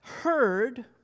heard